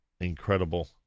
incredible